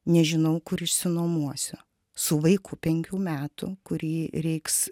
nežinau kur išsinuomosiu su vaiku penkių metų kurį reiks